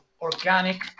organic